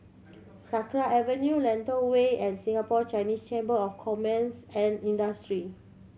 Sakra Avenue Lentor Way and Singapore Chinese Chamber of Commerce and Industry